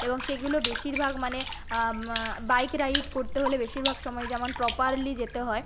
এবং সেগুলো বেশিরভাগ মানে বাইক রাইড করতে হলে বেশিরভাগ সময় যেমন প্রপারলি যেতে হয়